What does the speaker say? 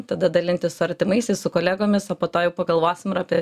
tada dalintis su artimaisiais su kolegomis o po to jau pagalvosim ir apie